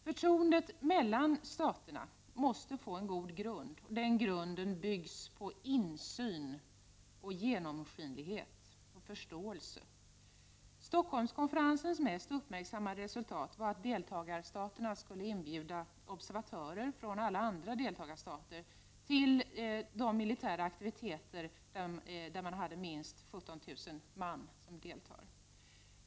Förtroendet mellan staterna måste få en god grund. Den grunden byggs på insyn, genomskinlighet och förståelse. Stockolmskonferensens mest uppmärksammade resultat var att deltagarstaterna skall inbjuda observatörer från alla andra deltagarstater till sådana militära aktiviteter där minst 17 000 man deltar.